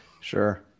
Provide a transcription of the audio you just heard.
Sure